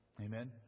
Amen